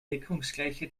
deckungsgleiche